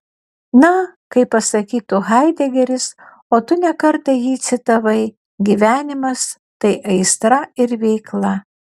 na kaip pasakytų haidegeris o tu ne kartą jį citavai gyvenimas tai aistra ir veikla